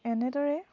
এনেদৰে